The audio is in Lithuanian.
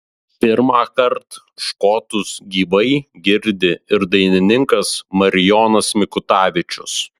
pirmąkart škotus gyvai girdi ir dainininkas marijonas mikutavičius